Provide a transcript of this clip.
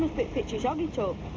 pictures oggy took.